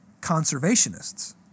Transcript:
conservationists